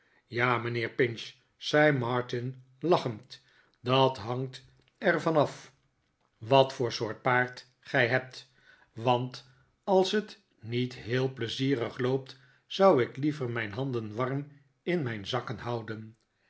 ja mijnheer pinch zei martin lachend dat hangt er van af wat voor soort paard gij hebt want als het niet heel pleizierig loopt zou ik liever mijn handen warm in mijn zakken houden